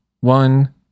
one